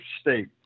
state